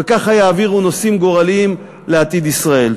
וככה יעבירו נושאים גורליים לעתיד ישראל.